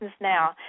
now